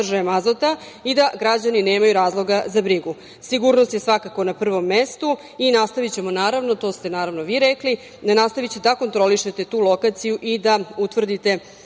i da građani nemaju razloga za brigu. Sigurnost je svakako na prvom mestu i nastavićemo, to ste vi rekli, da kontrolišete tu lokaciju i da utvrdite